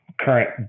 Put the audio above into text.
current